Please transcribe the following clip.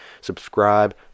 Subscribe